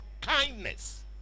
kindness